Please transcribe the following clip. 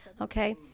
okay